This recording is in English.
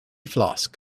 flask